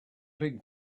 big